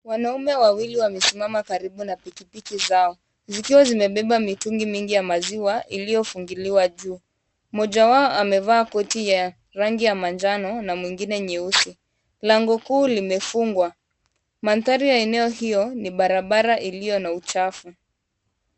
Wanaume wawili wamesimama karibu na piki[iki zao, zikiwa zimebeba mitungi mingi ya maziwa iliyofungiliwa juu. Mmoja wao amevaa koti la rangi ya manjano na mwingine nyeusi. Lango kuu limefungwa. Mandhari ya eneo hiyo ni barabara iliyo na uchafu.